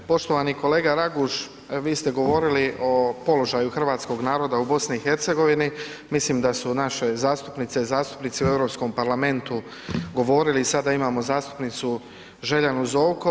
Poštovani kolega Raguž vi ste govorili o položaju hrvatskog naroda u BiH, mislim da su naše zastupnice i zastupnici u Europskom parlamentu govorili sad da imamo zastupnicu Željanu Zovko.